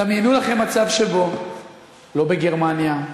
דמיינו לכם מצב שבו לא בגרמניה,